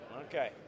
Okay